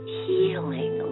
healing